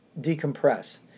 decompress